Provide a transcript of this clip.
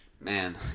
Man